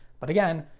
but again,